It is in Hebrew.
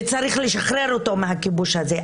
וצריך לשחרר אותו מהכיבוש הזה,